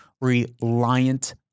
reliant